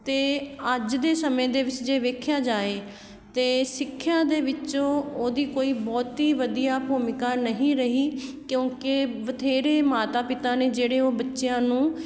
ਅਤੇ ਅੱਜ ਦੇ ਸਮੇਂ ਦੇ ਵਿੱਚ ਜੇ ਵੇਖਿਆ ਜਾਵੇ ਤਾਂ ਸਿੱਖਿਆ ਦੇ ਵਿੱਚੋਂ ਉਹਦੀ ਕੋਈ ਬਹੁਤੀ ਵਧੀਆ ਭੂਮਿਕਾ ਨਹੀਂ ਰਹੀ ਕਿਉਂਕਿ ਬਥੇਰੇ ਮਾਤਾ ਪਿਤਾ ਨੇ ਜਿਹੜੇ ਉਹ ਬੱਚਿਆਂ ਨੂੰ